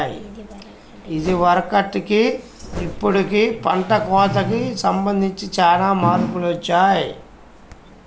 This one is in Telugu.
ఇదివరకటికి ఇప్పుడుకి పంట కోతకి సంబంధించి చానా మార్పులొచ్చాయ్